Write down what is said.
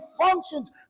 functions